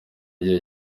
igihe